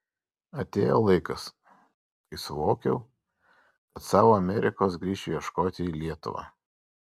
atėjo laikas kai suvokiau kad savo amerikos grįšiu ieškoti į lietuvą